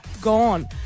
gone